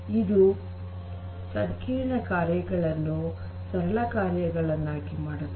ಇದು ಸಂಕೀರ್ಣ ಕಾರ್ಯಗಳನ್ನು ಸರಳ ಕಾರ್ಯಗಳನ್ನಾಗಿ ಮಾಡುತ್ತದೆ